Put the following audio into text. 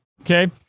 okay